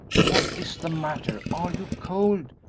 what is the matter are you cold?